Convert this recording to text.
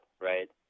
right